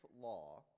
law